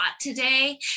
today